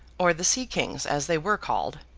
or the sea-kings, as they were called,